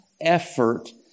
effort